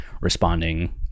responding